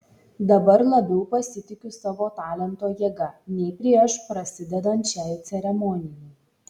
dabar labiau pasitikiu savo talento jėga nei prieš prasidedant šiai ceremonijai